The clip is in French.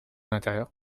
l’intérieur